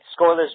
scoreless